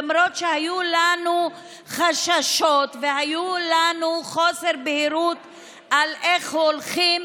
למרות שהיו לנו חששות והיה לנו חוסר בהירות על איך הולכים